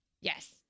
Yes